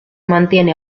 mantiene